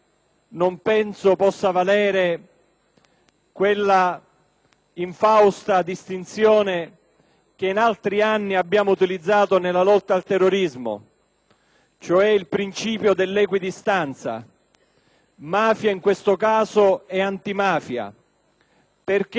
quella infausta distinzione che in altri anni abbiamo utilizzato nella lotta al terrorismo, cioè il principio dell'equidistanza, mafia - in questo caso - e antimafia, perché in un Paese democratico